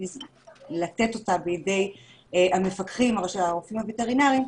לתת אותן בידי המפקחים או הרופאים הווטרינריים,